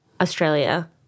Australia